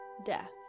death